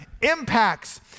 impacts